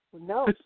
No